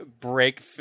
break